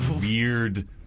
weird